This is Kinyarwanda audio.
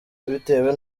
bitewe